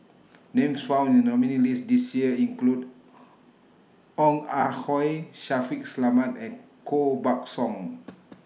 Names found in The nominees' list This Year include Ong Ah Hoi Shaffiq Selamat and Koh Buck Song